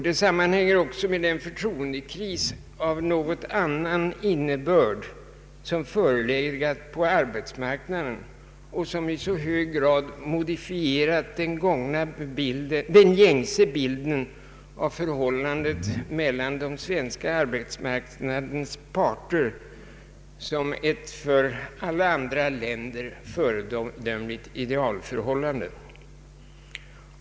Det sammanhänger också med den förtroendekris av annan innebörd som förelegat på arbetsmarknaden och som i hög grad modifierat den gängse bilden av förhållandet mellan den svenska arbetsmarknadens parter såsom ett för alla andra länder föredömligt idealförhållande.